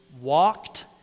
walked